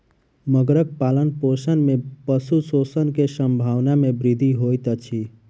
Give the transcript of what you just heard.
मगरक पालनपोषण में पशु शोषण के संभावना में वृद्धि होइत अछि